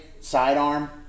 sidearm